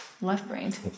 left-brained